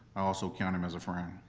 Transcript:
i also count him as a friend.